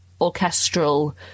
orchestral